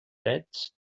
drets